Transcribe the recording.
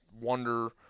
wonder